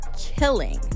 killing